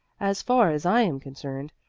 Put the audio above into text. as far as i am concerned.